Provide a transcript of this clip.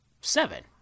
seven